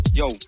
yo